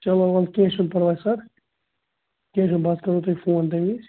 چلو وَل کیٚنٛہہ چھُنہٕ پَرواے سَر کیٚنٛہہ چھُنہٕ بہٕ حظ کرو تۄہہِ فون تَمہِ وِز